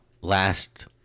last